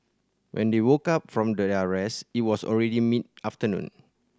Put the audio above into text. when they woke up from their are rest it was already mid afternoon